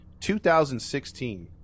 2016